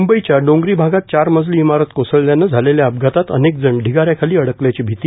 मुंबईच्या डोंगरी भागात चार मजली इमारत कोसळल्यानं झालेल्या अपघातात अनेकजण ढिगाऱ्याखाली अडकल्याची भीती